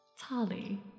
Tali